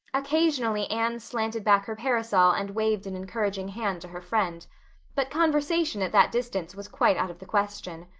occasionally anne slanted back her parasol and waved an encouraging hand to her friend but conversation at that distance was quite out of the question.